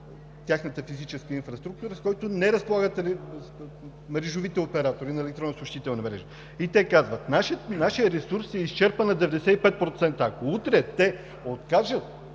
тяхната физическа инфраструктура, с който не разполагат мрежовите оператори на електронна съобщителна мрежа. И те казват: нашият ресурс е изчерпан на 95%. Ако утре те откажат